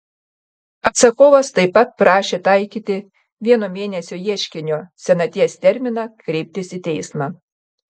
atsakovas taip pat prašė taikyti vieno mėnesio ieškinio senaties terminą kreiptis į teismą